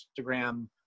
Instagram